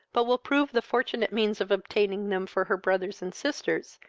but will prove the fortunate means of obtaining them for her brothers and sisters,